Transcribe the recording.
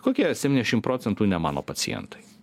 kokie septyniasdešim procentų ne mano pacientai